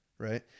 Right